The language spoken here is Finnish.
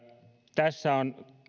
tässä on